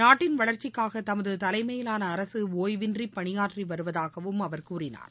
நாட்டின் வளர்ச்சிக்காக தமது தலைமையிலான அரசு ஓய்வின்றி பணியாற்றி வருவதாகவும் அவர் கூறினார்